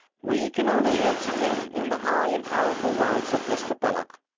we can only answer him in the high and powerful words of mr. belloc,